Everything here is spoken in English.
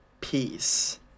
peace